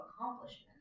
accomplishment